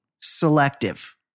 selective